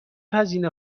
هزینه